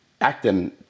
acting